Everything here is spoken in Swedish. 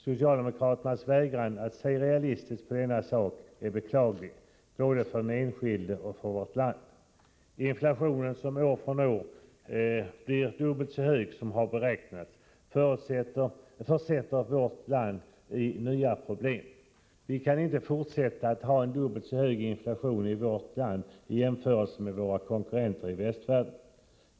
Socialdemokraternas vägran att se realistiskt på denna sak är beklaglig, både för den enskilde och för vårt land. Inflationen som år från år blir dubbelt så hög som beräknats, ger snart vårt land nya problem. Vi kan inte fortsätta att ha en dubbelt så hög inflation i vårt land som våra konkurrenter i västvärlden.